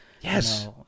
Yes